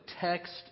text